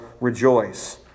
rejoice